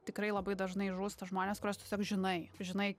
tikrai labai dažnai žūsta žmonės kuriuos tiesiog žinai žinai